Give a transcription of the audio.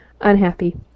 unhappy